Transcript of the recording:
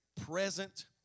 present